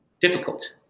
difficult